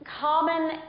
common